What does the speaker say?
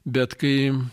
bet kai